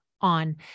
on